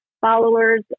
followers